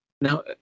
Now